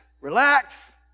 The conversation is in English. relax